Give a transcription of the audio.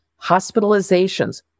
hospitalizations